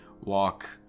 walk